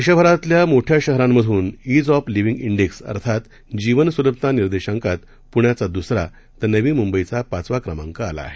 देशभरातल्या मोठ्या शहरांमधून इझ ऑफ लिविंग इंडेक्स अर्थात जीवन सुलभता निर्देशांकांत पुण्याचा दुसरा तर नवी मुंबईचा पाचवा क्रमांक आला आहे